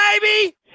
baby